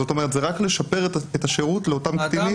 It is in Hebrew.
זאת אומרת זה רק לשפר את השירות לאותם קטינים,